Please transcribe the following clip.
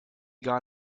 gar